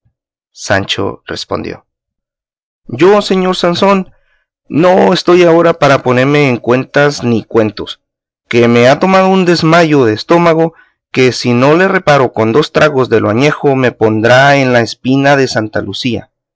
sancho respondió yo señor sansón no estoy ahora para ponerme en cuentas ni cuentos que me ha tomado un desmayo de estómago que si no le reparo con dos tragos de lo añejo me pondrá en la espina de santa lucía